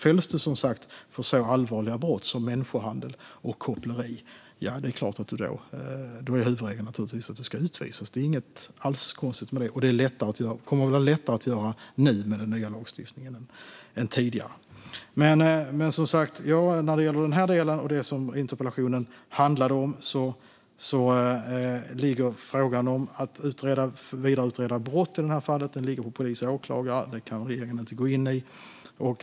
Fälls du som sagt för så allvarliga brott som människohandel och koppleri är naturligtvis huvudregeln att du ska utvisas. Det är alls inget konstigt med det. Med den nya lagstiftningen kommer det också att vara lättare att utvisa än tidigare. När det gäller denna del och det som interpellationen handlar om ligger frågan om att vidareutreda brott på polis och åklagare. Den kan regeringen inte gå in i.